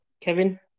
Kevin